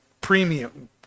premium